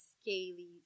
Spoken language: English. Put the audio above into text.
scaly